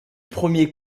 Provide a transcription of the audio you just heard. premier